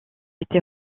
été